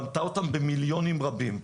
בנתה אותם במיליונים רבים.